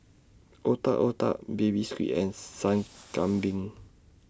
Otak Otak Baby Squid and Sup Kambing